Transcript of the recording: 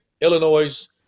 Illinois